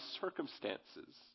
circumstances